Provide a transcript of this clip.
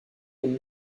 comme